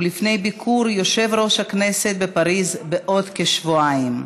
ולפני ביקור יושב-ראש הכנסת בפריז בעוד כשבועיים.